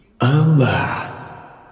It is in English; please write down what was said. Alas